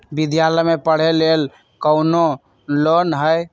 विद्यालय में पढ़े लेल कौनो लोन हई?